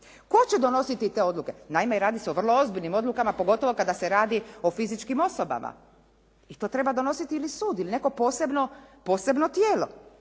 Tko će donositi te odluke? Naime, radi se o vrlo ozbiljnim odlukama, pogotovo kada se radi o fizičkim osobama, i to treba donositi ili sud ili neko posebno tijelo.